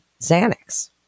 Xanax